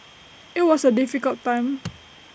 IT was A difficult time